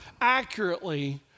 accurately